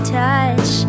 touch